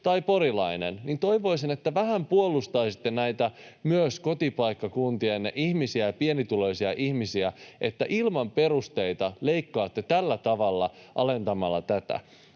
tai porilainen. Toivoisin, että vähän puolustaisitte myös näitä kotipaikkakuntienne pienituloisia ihmisiä, kun ilman perusteita leikkaatte tällä tavalla alentamalla tätä.